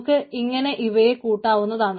നമുക്ക് ഇങ്ങനെ ഇവയെ കൂട്ടാവുന്നതാണ്